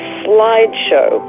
slideshow